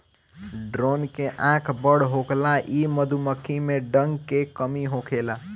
drone के आँख बड़ होखेला इ मधुमक्खी में डंक के कमी होखेला